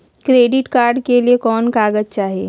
Credit card के लिए कौन कागज चाही?